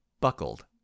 buckled